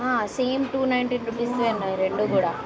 same two ninety rupees అండి అవి రెండు కూడా